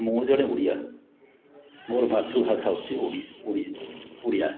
ମୁଁ ଜଣେ ଓଡ଼ିଆ ମୋର ମାତୃଭାଷା ହେଉଛି ଓଡ଼ିଶା ଓଡ଼ିଆ